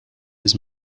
his